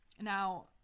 Now